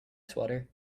swatter